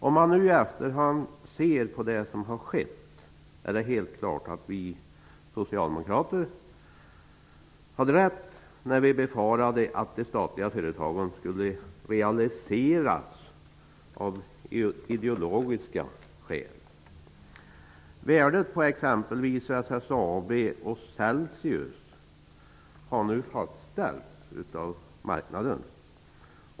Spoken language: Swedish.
Om man nu i efterhand ser på det som har skett finner man att vi socialdemokrater helt klart hade rätt när vi befarade att de statliga företagen skulle realiseras av ideologiska skäl. Värdet på exempelvis SSAB och Celsius har nu fastställts av marknaden.